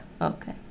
Okay